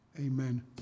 amen